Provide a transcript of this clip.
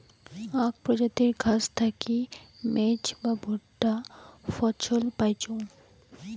আক প্রজাতির ঘাস থাকি মেজ বা ভুট্টা ফছল পাইচুঙ